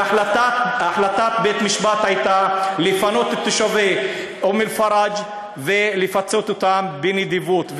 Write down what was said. והחלטת בית-המשפט הייתה לפנות את תושבי אום-אלפרג' ולפצות אותם בנדיבות.